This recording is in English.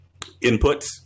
inputs